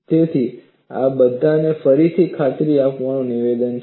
તેથી આ બધા ફરીથી ખાતરી આપનારા નિવેદનો છે